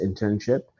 internship